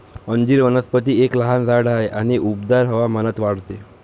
अंजीर वनस्पती एक लहान झाड आहे आणि उबदार हवामानात वाढते